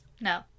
No